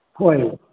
ꯍꯣꯏ